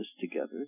together